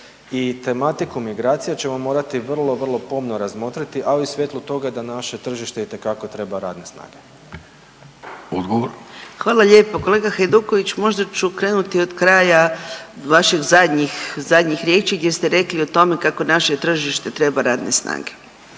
I tematiku migracija ćemo morati vrlo, vrlo pomno razmotriti, a i u svjetlu toga da naše tržište itekako treba radne snage. **Vidović, Davorko (Socijaldemokrati)** Odgovor. **Mrak-Taritaš, Anka (GLAS)** Hvala lijepo. Kolega Hajduković, možda ću krenuti od kraja vaših zadnjih riječi gdje ste rekli o tome kako naše tržište treba radne snage.